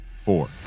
four